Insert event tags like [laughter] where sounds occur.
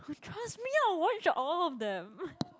oh trust me I'll watch all of them [laughs]